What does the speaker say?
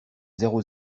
zéro